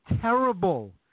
terrible